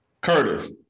Curtis